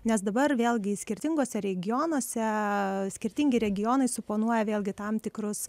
nes dabar vėlgi skirtinguose regionuose skirtingi regionai suponuoja vėlgi tam tikrus